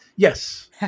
Yes